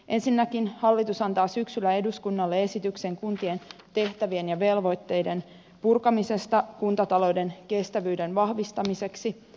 ensinnäkin hallitus antaa syksyllä eduskunnalle esityksen kuntien tehtävien ja velvoitteiden purkamisesta kuntatalouden kestävyyden vahvistamiseksi